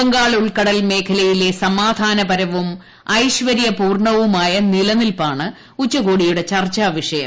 ബംഗാൾ ഉൾക്കടൽ മേഖലയിലെ സമാധനപരവും ഐശ്വര്യപൂർണവുമായ നിലനിൽപ്പ് ആണ് ഉച്ചകോടിയുടെ ചർച്ചാ വിഷയം